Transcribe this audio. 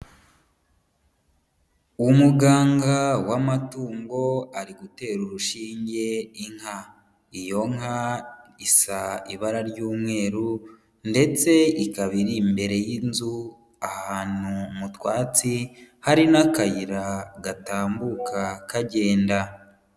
Umuganga w'amatungo ari gutera urushinge inka. Iyo nka isa ibara ry'umweru, ndetse ikaba iri imbere y'inzu ahantu mu twatsi hari n'akayira gatambuka kagenda.